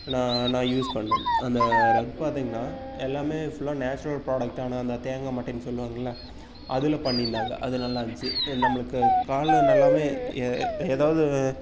நான் நான் யூஸ் பண்ணிணேன் அந்த ரஃக் பார்த்தீங்கன்னா எல்லாமே ஃபுல்லாக நேச்சுரல் ப்ராடக்ட்டான அந்த தேங்காமட்டைன்னு சொல்லுவாங்கல்லே அதில் பண்ணியிருந்தாங்க அது நல்லா இருந்துச்சு நம்மளுக்கு காலில் நல்லாவுமே ஏ ஏதாவது